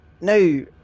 No